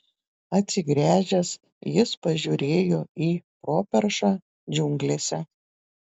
atsigręžęs jis pažiūrėjo į properšą džiunglėse